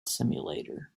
simulator